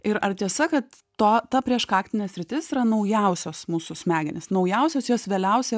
ir ar tiesa kad to ta prieškaktinė sritis yra naujausios mūsų smegenys naujausios jos vėliausiai